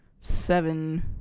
seven